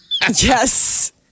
Yes